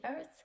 earth